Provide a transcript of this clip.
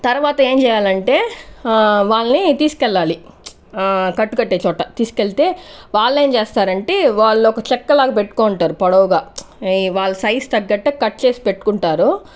తర్వాత ఏం చేయాలంటే వాళ్ళని తీసుకెళ్ళాలి కట్టు కట్టే చోట తీసుకెళ్తే వాళ్ళేం చేస్తారంటే వాళ్ళు ఒక చెక్కలాగా పెట్టుకో ఉంటారు పొడవుగా వాళ్ళ సైజ్ తగ్గట్టు కట్ చేసి పెట్టుకుంటారు